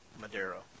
Madero